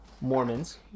Mormons